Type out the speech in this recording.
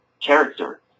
character